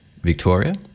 Victoria